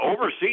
Overseas